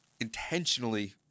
intentionally